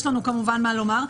יש לנו, כמובן, מה לומר.